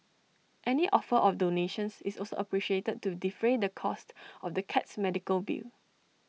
any offer of donations is also appreciated to defray the costs of the cat's medical bill